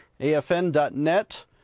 AFN.net